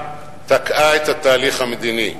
תקעה את התהליך המדיני,